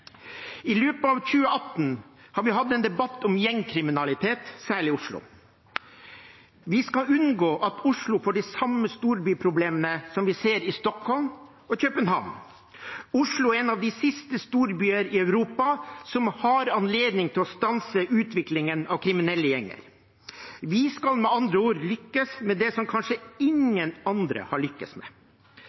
I løpet av 2018 har vi hatt en debatt om gjengkriminalitet, særlig i Oslo. Vi skal unngå at Oslo får de samme storbyproblemene som vi ser i Stockholm og København. Oslo er en av de siste storbyer i Europa som har anledning til å stanse utviklingen av kriminelle gjenger. Vi skal med andre ord lykkes med det som kanskje ingen andre har lyktes med.